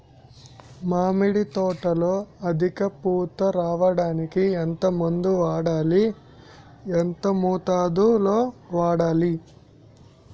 మామిడి తోటలో అధిక పూత రావడానికి ఎంత మందు వాడాలి? ఎంత మోతాదు లో వాడాలి?